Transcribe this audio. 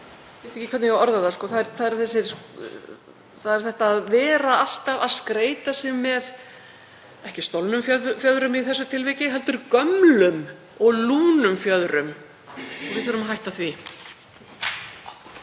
ég veit ekki hvernig ég á að orða það — það er alltaf verið að skreyta sig með, ekki stolnum fjöðrum í þessu tilviki, heldur gömlum og lúnum fjöðrum. Við þurfum að hætta því.